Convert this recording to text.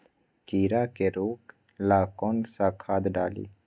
कीड़ा के रोक ला कौन सा खाद्य डाली?